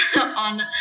on